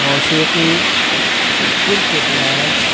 موسیقی cricket matches